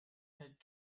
had